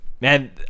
Man